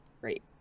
Great